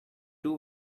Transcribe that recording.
two